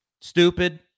stupid